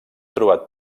trobat